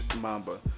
Mamba